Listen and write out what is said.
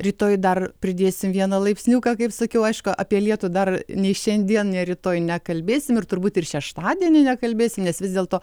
rytoj dar pridėsim vieną laipsniuką kaip sakiau aišku apie lietų dar nei šiandien nei rytoj nekalbėsim ir turbūt ir šeštadienį nekalbėsim nes vis dėlto